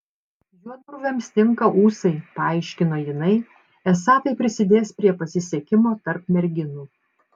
juodbruviams tinka ūsai paaiškino jinai esą tai prisidės prie pasisekimo tarp merginų